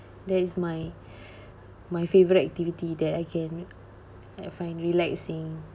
that is my my favourite activity that I can I find relaxing